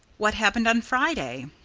what happened on friday?